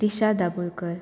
दिशा दाबोलकर